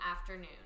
afternoon